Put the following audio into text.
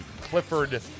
Clifford